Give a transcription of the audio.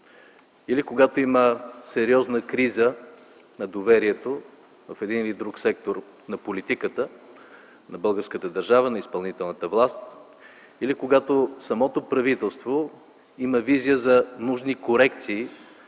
или когато има сериозна криза на доверието в един или друг сектор на политиката на българската държава, на изпълнителната власт, или когато самото правителство има визия за нужни корекции